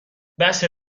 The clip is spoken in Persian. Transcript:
بسه